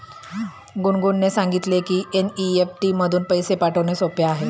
गुनगुनने सांगितले की एन.ई.एफ.टी मधून पैसे पाठवणे सोपे आहे